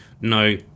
no